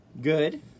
Good